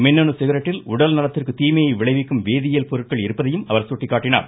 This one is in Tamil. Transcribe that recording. மின்னணு சிகரெட்டில் உடல் நலத்திற்கு தீமையை விளைவிக்கும் வேதியியல் பொருட்கள் இருப்பதையும் அவர் சுட்டிக்காட்டினார்